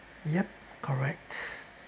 yup correct